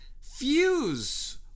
Fuse